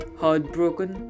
heartbroken